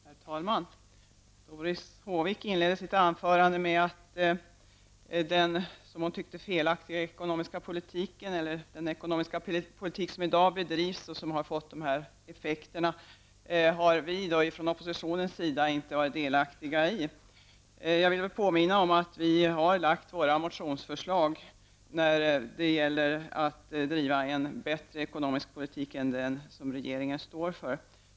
Herr talman! Doris Håvik inledde sitt anförande med att säga att den, som hon tyckte, felaktiga ekonomiska politik som bedrivs i dag och som har fått de effekter som den har fått har vi från oppositionen varit delaktiga i. Jag vill påminna om att vi har lagt fram motionsförslag om att man måste driva en bättre ekonomisk politik än den regeringen står för.